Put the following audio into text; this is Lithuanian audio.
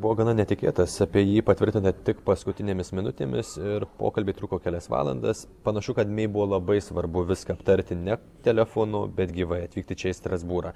buvo gana netikėtas apie jį patvirtinę tik paskutinėmis minutėmis ir pokalbiai truko kelias valandas panašu kad mei buvo labai svarbu viską aptarti ne telefonu bet gyvai atvykti čia į strasbūrą